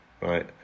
right